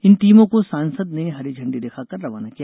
इन टीमों को सांसद ने हरी झंडी दिखाकर रवाना किया